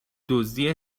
دزدی